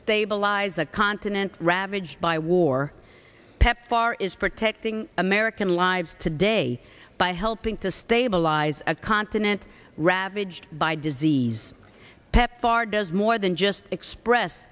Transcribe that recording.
stabilize a continent ravaged by war pepfar is protecting american lives today by helping to stabilize a continent ravaged by disease pepfar does more than just express